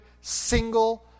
single